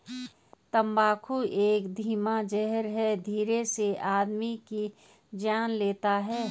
तम्बाकू एक धीमा जहर है धीरे से आदमी की जान लेता है